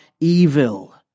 evil